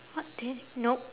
what ta~ nope